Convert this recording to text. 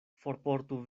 forportu